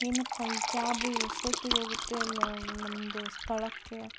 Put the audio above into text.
ಏನಪ್ಪ ಈ ಕ್ಯಾಬು ಎಷ್ಟೊತ್ತಿಗೋಗುತ್ತೆ ನಮ್ದು ಸ್ಥಳಕ್ಕೆ